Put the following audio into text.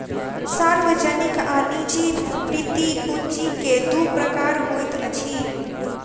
सार्वजनिक आ निजी वृति पूंजी के दू प्रकार होइत अछि